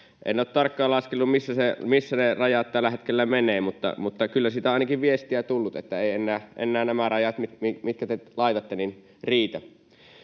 En ole tarkkaan laskenut, missä ne rajat tällä hetkellä menevät, mutta kyllä ainakin siitä on viestiä tullut, että eivät enää riitä nämä rajat, mitkä te laitatte.